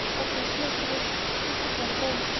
but, my dear boy, it isn't my home.